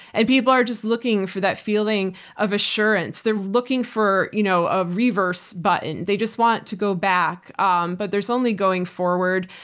and people are just looking for that feeling of assurance. they're looking for you know a reverse button. they just want to go back um but there's only going forward.